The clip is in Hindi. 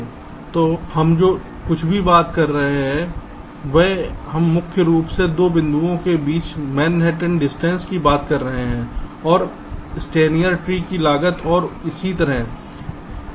तो हम जो कुछ भी बात कर रहे हैं वहां हम मुख्य रूप से 2 बिंदुओं के बीच कुल मैनहट्टन दूरी की बात कर रहे थे कि और स्टाइनर ट्री की लागत और इसी तरह है